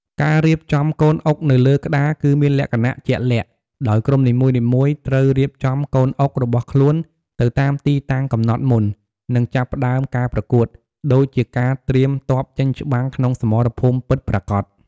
ការរៀបចំកូនអុកនៅលើក្តារគឺមានលក្ខណៈជាក់លាក់ ដោយក្រុមនីមួយៗត្រូវរៀបចំកូនអុករបស់ខ្លួនទៅតាមទីតាំងកំណត់មុននឹងចាប់ផ្តើមការប្រកួត ដូចជាការត្រៀមទ័ពចេញច្បាំងក្នុងសមរភូមិពិតប្រាកដ។